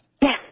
Yes